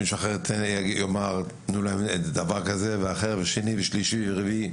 מישהו אחר יאמר תנו להם דבר אחר ושני ורביעי,